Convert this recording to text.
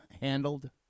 handled